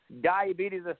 Diabetes